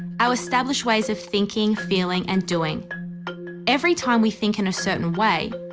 our established ways of thinking, feeling and doing every time we think in a certain way,